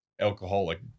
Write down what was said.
alcoholic